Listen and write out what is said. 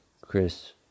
Chris